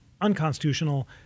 unconstitutional